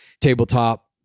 Tabletop